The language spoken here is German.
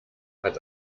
hat